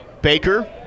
Baker